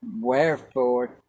Wherefore